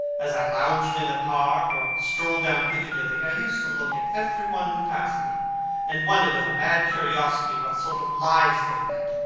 as i lounged in the park, or strolled down piccadilly, i used to look at every one who passed me and wonder, with a mad curiosity, what sort of lives they led.